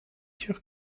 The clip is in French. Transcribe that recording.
sûr